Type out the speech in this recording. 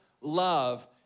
love